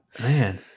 Man